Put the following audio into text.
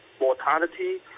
mortality